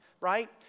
right